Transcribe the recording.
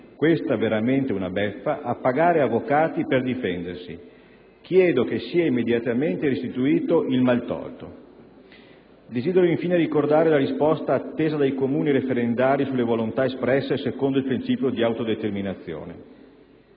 questa è veramente una beffa! - a pagare avvocati per difendersi. Chiedo sia immediatamente restituito il maltolto. Desidero, infine, ricordare la risposta attesa dai Comuni referendari sulle volontà espresse secondo il principio di autodeterminazione.